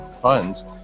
funds